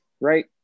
right